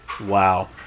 Wow